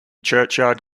churchyard